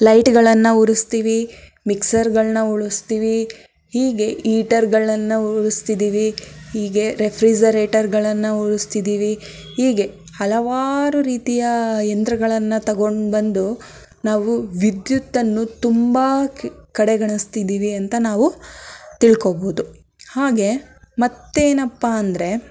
ಲೈಟ್ಗಳನ್ನು ಉರಿಸ್ತೀವಿ ಮಿಕ್ಸರ್ಗಳನ್ನು ಉಳಿಸ್ತೀವಿ ಹೀಗೆ ಹೀಟರ್ಗಳನ್ನು ಉರಿಸ್ತಿದ್ದೀವಿ ಹೀಗೆ ರೆಫ್ರಿಜರೇಟರ್ಗಳನ್ನು ಉರಿಸ್ತಿದ್ದೀವಿ ಹೀಗೆ ಹಲವಾರು ರೀತಿಯ ಯಂತ್ರಗಳನ್ನು ತಗೊಂಡು ಬಂದು ನಾವು ವಿದ್ಯುತ್ ಅನ್ನು ತುಂಬ ಕಡೆಗಣಿಸ್ತಿದ್ದೀವಿ ಅಂತ ನಾವು ತಿಳ್ಕೊಬೋದು ಹಾಗೆ ಮತ್ತೇನಪ್ಪ ಅಂದರೆ